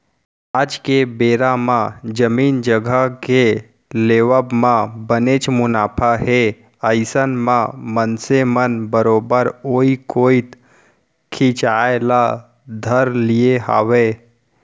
आज के बेरा म जमीन जघा के लेवब म बनेच मुनाफा हे अइसन म मनसे मन बरोबर ओइ कोइत खिंचाय ल धर लिये हावय